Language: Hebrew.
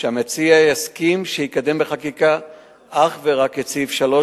שהמציע יסכים שיקדם בחקיקה אך ורק את סעיף 3